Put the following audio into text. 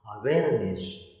awareness